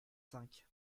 cinq